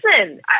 listen